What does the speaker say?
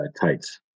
Tights